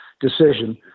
decision